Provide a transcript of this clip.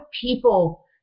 people